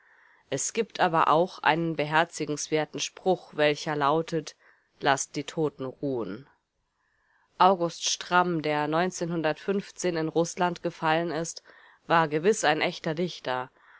es gibt aber auch einen beherzigenswerten spruch welcher lautet laßt die toten ruhen august stramm der in rußland gefallen ist war gewiß ein echter dichter